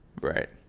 Right